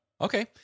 Okay